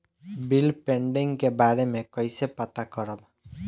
Bill pending के बारे में कईसे पता करब?